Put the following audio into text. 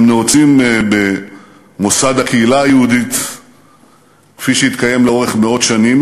הם נעוצים במוסד הקהילה היהודית כפי שהתקיים לאורך מאות שנים,